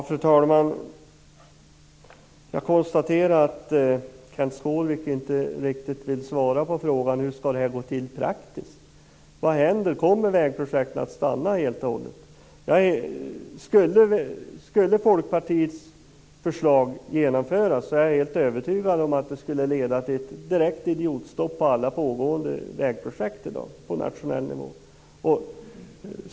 Fru talman! Jag konstaterar att Kenth Skårvik inte riktigt vill svara på frågan hur detta skall gå till praktiskt. Vad händer? Kommer vägprojekten att stanna av helt och hållet? Skulle Folkpartiets förslag genomföras är jag helt övertygad om att det skulle leda till ett direkt idiotstopp för alla pågående vägprojekt på nationell nivå i dag.